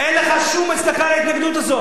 אין לך שום הצדקה להתנגדות הזאת.